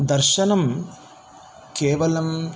दर्शनं केवलम्